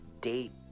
date